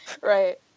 Right